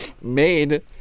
made